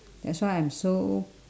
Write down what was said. that's why I'm so